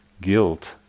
guilt